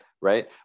right